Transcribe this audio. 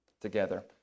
together